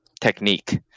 technique